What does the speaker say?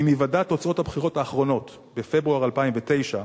עם היוודע תוצאות הבחירות האחרונות, בפברואר 2009,